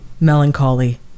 melancholy